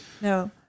no